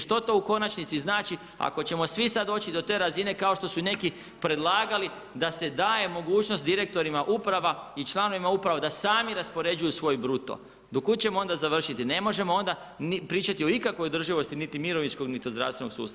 Što to u konačnici znači ako ćemo svi sad doći do te razine kao što su i neki predlagali da se daje mogućnost direktorima uprava i članovima uprava da sami raspoređuju bruto, do kud ćemo onda završiti, ne možemo onda pričati o ikakvoj održivosti niti mirovinskog niti zdravstvenog sustava.